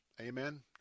Amen